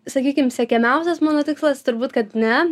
sakykim siekiamiausias mano tikslas turbūt kad ne